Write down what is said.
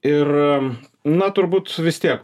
ir na turbūt vis tiek